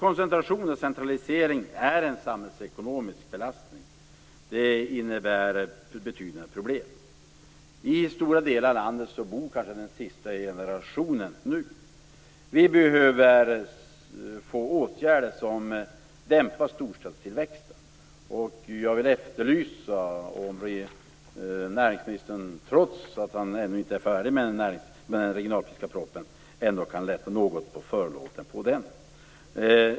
Koncentrationen och centraliseringen är ett betydande problem och en samhällsekonomisk belastning. I stora delar av landet bor nu kanske den sista generationen.